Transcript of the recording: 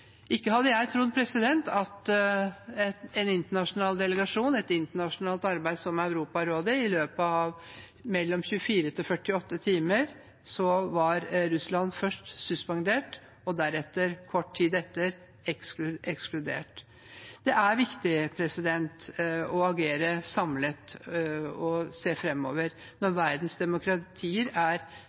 Ikke hadde jeg trodd det om en internasjonal delegasjon, et internasjonalt arbeid som Europarådet, men i løpet av mellom 24 og 48 timer var Russland først suspendert og deretter, kort tid etter, ekskludert. Det er viktig å agere samlet og se framover når verdens demokratier er